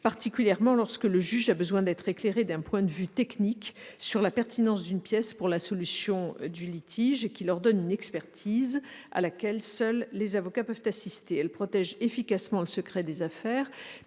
particulier lorsque le juge a besoin d'être éclairé d'un point de vue technique sur la pertinence d'une pièce pour la solution du litige et qu'il ordonne une expertise à laquelle seuls les avocats peuvent assister. Elle protège efficacement le secret des affaires